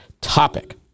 topic